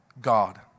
God